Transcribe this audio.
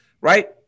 right